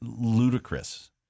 ludicrous